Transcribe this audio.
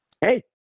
Hey